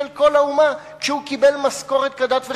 של כל האומה כשהוא קיבל משכורת כדת וכדין.